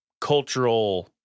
cultural